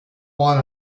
one